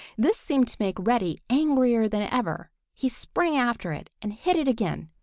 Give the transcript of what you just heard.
this seemed to make reddy angrier than ever. he sprang after it and hit it again.